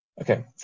Okay